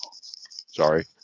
Sorry